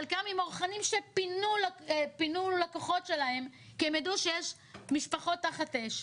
חלקם עם אורחנים שפינו לקוחות שלהם כי הם ידעו שיש משפחות תחת אש,